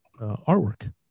artwork